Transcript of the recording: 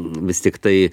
vis tiktai